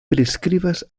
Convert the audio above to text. priskribas